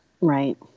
right